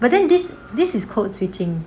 but then this this is code switching